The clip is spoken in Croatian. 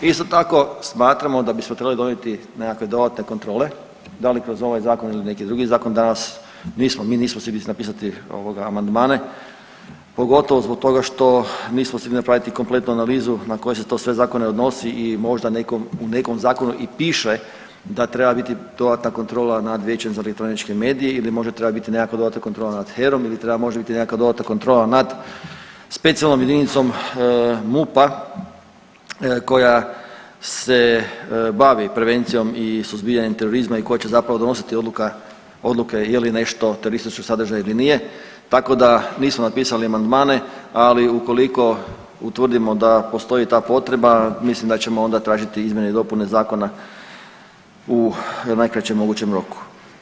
Isto tako smatramo da bismo trebali donijeti nekakve dodatne kontrole da li kroz ovaj zakon ili neki drugi zakon danas nismo, mi nismo stigli napisati amandmane pogotovo zbog toga što nismo stigli napraviti kompletnu analizu na koje se to sve zakone odnosi i možda u nekom zakonu i piše da treba biti dodatna kontrola nad Vijećem za elektroničke medije ili možda treba biti nekakva dodatna kontrola nad HERA-om ili treba možda biti nekakva dodatna kontrola nad Specijalnom jedinicom MUP-a koja se bavi prevencijom i suzbijanjem terorizma i koja će zapravo donositi odluke je li nešto terorističkog sadržaja ili nije, tako da nismo napisali amandmane ali ukoliko utvrdimo da postoji ta potreba mislim da ćemo onda tražiti izmjene i dopune zakona u najkraćem mogućem roku.